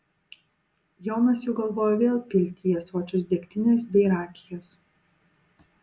jonas jau galvojo vėl pilti į ąsočius degtinės bei rakijos